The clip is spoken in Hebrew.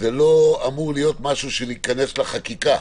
אמור להיות משהו שניכנס לחקיקה,